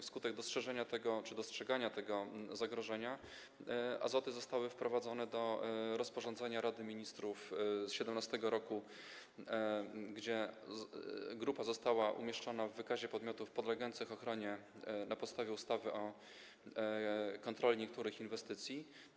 Wskutek dostrzeżenia czy dostrzegania tego zagrożenia Azoty zostały wprowadzone do rozporządzenia Rady Ministrów z 2017 r., gdzie grupa została umieszczona w wykazie podmiotów podlegających ochronie na podstawie ustawy o kontroli niektórych inwestycji.